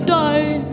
die